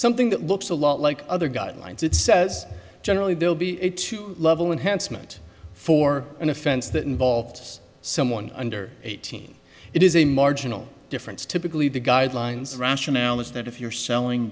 something that looks a lot like other guidelines it says generally there will be a two level enhanced meant for an offense that involved someone under eighteen it is a marginal difference typically the guidelines rationale is that if you're selling